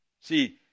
See